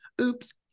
oops